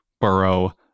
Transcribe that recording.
burrow